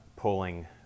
Pulling